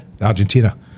Argentina